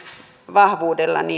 vahvuudella